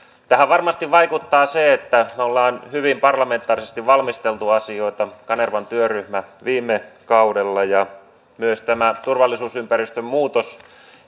tähän varmasti vaikuttaa se että me olemme hyvin parlamentaarisesti valmistelleet asioita kanervan työryhmä viime kaudella ja myös tämä turvallisuusympäristön muutos